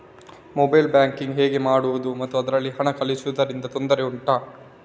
mobile banking ಹೇಗೆ ಮಾಡುವುದು ಮತ್ತು ಅದರಲ್ಲಿ ಹಣ ಕಳುಹಿಸೂದರಿಂದ ತೊಂದರೆ ಉಂಟಾ